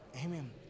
Amen